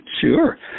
Sure